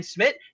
Smith